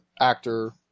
actor